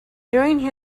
during